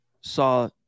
saw